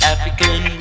African